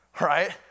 right